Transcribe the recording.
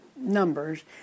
Numbers